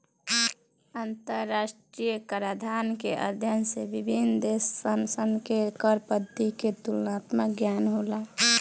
अंतरराष्ट्रीय कराधान के अध्ययन से विभिन्न देशसन के कर पद्धति के तुलनात्मक ज्ञान होला